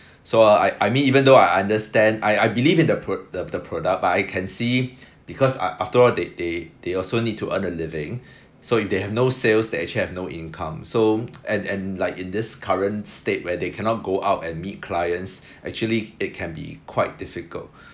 so I I mean even though I understand I I believe in the pro~ the the product but I can see because I after all they they they also need to earn a living so if they have no sales they actually have no income so and and like in this current state where they cannot go out and meet clients actually it can be quite difficult